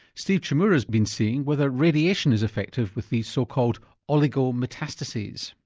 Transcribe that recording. steve chmura's been seeing whether radiation is effective with these so-called oligometastases.